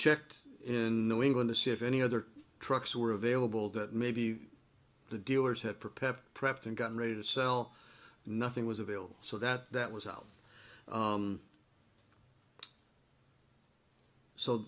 checked in new england to see if any other trucks were available that maybe the dealers had prepared prepped and got ready to sell nothing was available so that that was out